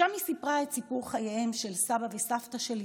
שם היא סיפרה את סיפור חייהם של סבא וסבתא שלי,